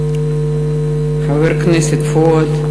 חבר הכנסת פואד,